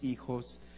hijos